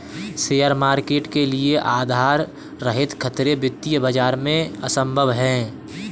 share market के लिये आधार रहित खतरे वित्तीय बाजार में असम्भव हैं